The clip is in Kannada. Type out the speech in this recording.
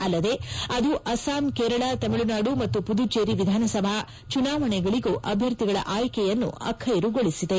ಅಲ್ಲದೆ ಅದು ಅಸ್ತಾಂ ಕೇರಳ ತಮಿಳುನಾಡು ಮತ್ತು ಪುದುಚೇರಿ ವಿಧಾನಸಭಾ ಚುನಾವಣೆಗಳಗೂ ಅಭ್ವರ್ಥಿಗಳ ಆಯ್ಕೆಯನ್ನು ಅಖ್ಟೆರುಗೊಳಿಸಿದೆ